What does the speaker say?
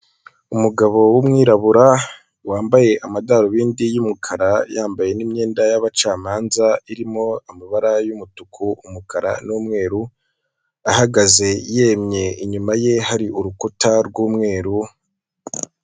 Umugabo w'umwirabura wambaye amadarubndi y'umukara yambaye n'imyenda y'abacamanza irimo amabara y'umutuku, umukara n'umweru, ahagaze yemye inyuma ye hari urukuta rw'umweru.